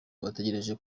bategereje